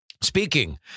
Speaking